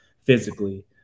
physically